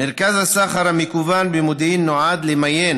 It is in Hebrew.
מרכז הסחר המקוון במודיעין נועד למיין